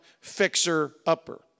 fixer-upper